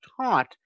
taught